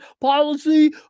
policy